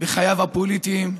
בחייו הפוליטיים,